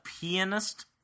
Pianist